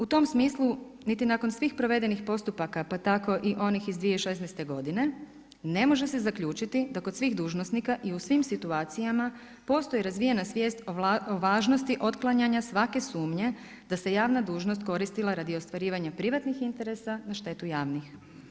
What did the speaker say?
U tom smislu, niti nakon svih provedenih postupaka pa tako i onih iz 2016. godine, ne može se zaključiti da kod svih dužnosnika i u svim situacijama postoji razvijena svijest o važnosti otklanjanja svake sumnje da se javna dužnost koristila radi ostvarivanja privatnih interesa na štetu javnih.